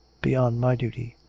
beyond my duty.